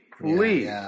Please